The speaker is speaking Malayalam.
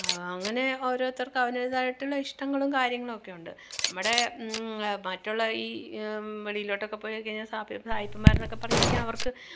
അങ്ങനെ ഓരോത്തര്ക്ക് അവനേതായിട്ടുള്ള ഇഷ്ടങ്ങളും കാര്യങ്ങളും ഒക്കെയുണ്ട് നമ്മുടെ മറ്റുള്ള ഈ വെളിയിലോട്ടൊക്കെപ്പോയി കഴിഞ്ഞാൽ സാപ്പി സായിപ്പമ്മാരെന്നൊക്കെ പറഞ്ഞു കഴിഞ്ഞാൽ അവര്ക്ക്